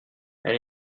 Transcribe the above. elle